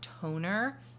Toner